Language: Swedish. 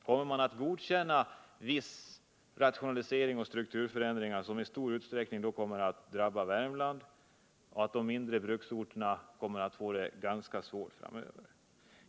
Kommer man att godkänna att vissa rationaliseringar och strukturförändringar genomförs, som då i stor utsträckning kommer att drabba Värmland, där de mindre bruksorterna kommer att få det ganska svårt framöver?